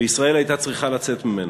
וישראל הייתה צריכה לצאת ממנו.